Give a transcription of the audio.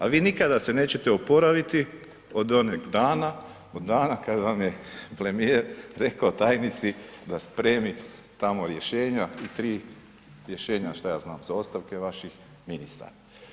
A vi nikada se nećete oporaviti od onog dana, od dana kada vam je premijer rekao tajnici da spremi tamo rješenja i tri rješenja šta ja znam za ostavke vaših ministara.